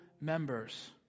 members